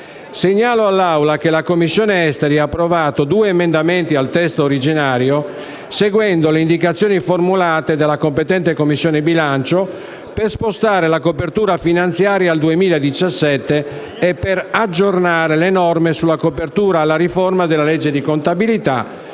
Segnalo all'Assemblea che la Commissione affari esteri ha approvato due emendamenti al testo originario seguendo le indicazioni formulate dalla competente Commissione bilancio per spostare la copertura finanziaria al 2017 e per aggiornare le norme sulla copertura alla riforma delle legge di contabilità